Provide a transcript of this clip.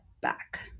back